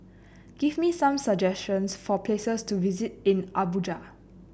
give me some suggestions for places to visit in Abuja